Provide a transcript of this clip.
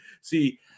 See